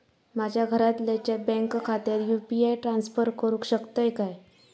माझ्या घरातल्याच्या बँक खात्यात यू.पी.आय ट्रान्स्फर करुक शकतय काय?